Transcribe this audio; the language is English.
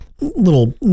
little